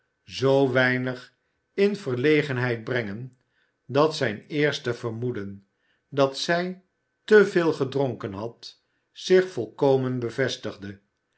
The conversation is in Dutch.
zoo weinig in verlegenheid brengen dat zijn eerste vermoeden dat zij te veel gedronken had zich volkomen bevestigde